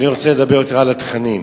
אני רוצה לדבר יותר על התכנים.